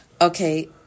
Okay